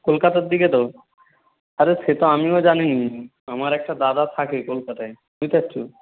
কলকাতার দিকে তো আরে সে তো আমিও জানি নি আমার একটা দাদা থাকে কলকাতায় ঠিক আছে